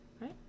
Right